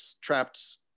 trapped